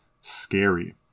scary